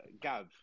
Gav